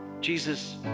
Jesus